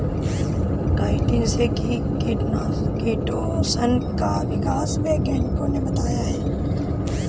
chitin से ही chitosan का विकास वैज्ञानिकों ने बताया है